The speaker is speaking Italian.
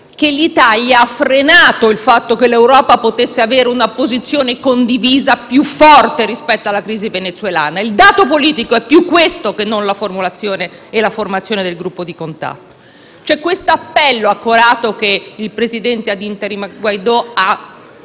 che l'Italia ha frenato la possibilità che l'Europa avesse una posizione condivisa più forte rispetto alla crisi venezuelana. Il dato politico è più questo che non la formulazione e la formazione del gruppo di contatto. Ricordo l'appello accorato che il presidente *ad interim* Guaidó ha